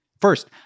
First